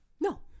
no